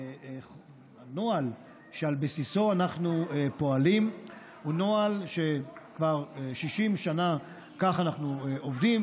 שהנוהל שעל בסיסו אנחנו פועלים הוא נוהל שכבר 60 שנה ככה אנחנו עובדים.